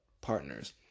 partners